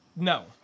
No